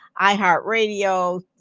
iHeartRadio